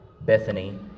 bethany